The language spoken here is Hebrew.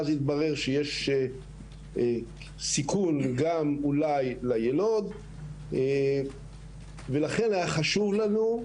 התברר שיש סיכון גם אולי ליילוד ולכן היה חשוב לנו,